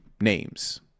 names